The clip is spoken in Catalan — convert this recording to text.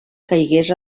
caigués